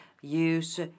use